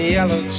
yellow